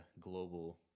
global